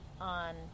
on